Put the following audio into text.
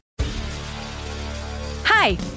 Hi